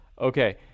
Okay